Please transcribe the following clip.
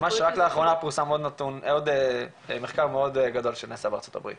וממש רק לאחרונה פורסם עוד מחקר מאוד גדול שנעשה בארצות הברית.